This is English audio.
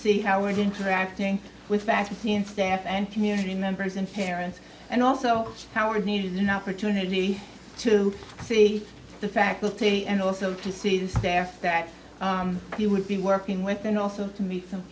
see how and interacting with faculty and staff and community members and parents and also how we needed an opportunity to see the faculty and also to see the staff that we would be working with and also to meet some